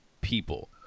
people